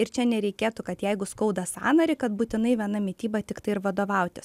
ir čia nereikėtų kad jeigu skauda sąnarį kad būtinai viena mityba tiktai ir vadovautis